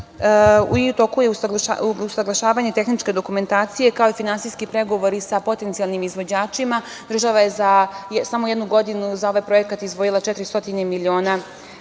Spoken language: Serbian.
U toku je usaglašavanje tehničke dokumentacije, kao i finansijski pregovori sa potencijalnim izvođačima. Država je za samo jednu godinu za ovaj projekat izdvojila 400 miliona